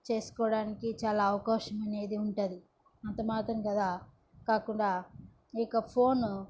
చేసుకోవడానికి చాలా అవకాశమనేది ఉంటుంది అంతమాత్రం గదా కాకుండా ఈ యొక్క ఫోను